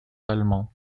allemands